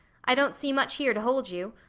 i don't see much here to hold you.